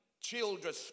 children